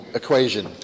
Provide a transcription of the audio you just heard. equation